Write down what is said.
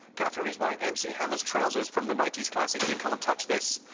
catherine is wearing mc hammer's trousers from the ninety s classic you can't touch this.